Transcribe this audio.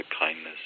kindness